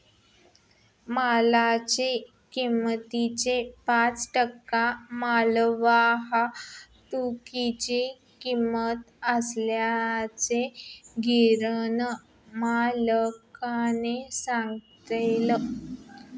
मालाच्या किमतीच्या पाच टक्के मालवाहतुकीची किंमत असल्याचे गिरणी मालकाने सांगितले